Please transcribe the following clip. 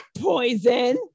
poison